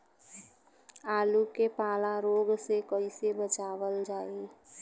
आलू के पाला रोग से कईसे बचावल जाई?